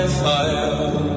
fire